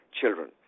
children